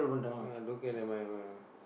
ah don't care never mind never mind never mind